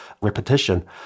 repetition